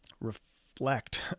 reflect